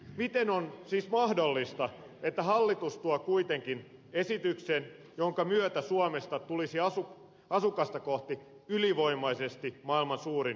miten on siis mahdollista että hallitus tuo kuitenkin esityksen jonka myötä suomesta tulisi asukasta kohti ylivoimaisesti maailman suurin ydinjätteen tuottaja